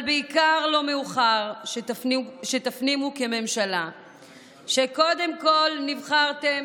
אבל בעיקר לא מאוחר שתפנימו כממשלה שקודם כול נבחרתם